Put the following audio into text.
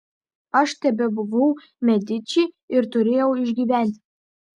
aš tebebuvau mediči ir turėjau išgyventi